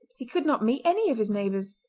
he could not meet any of his neighbours.